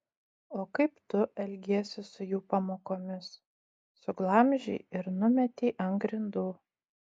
o kaip tu elgiesi su jų pamokomis suglamžei ir numetei ant grindų